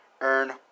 Earn